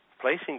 placing